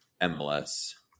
MLS